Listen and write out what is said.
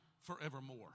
forevermore